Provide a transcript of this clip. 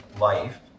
life